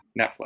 Netflix